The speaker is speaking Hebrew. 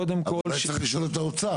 קודם כל --- אולי צריך לשאול את האוצר.